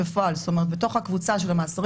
שלא עונים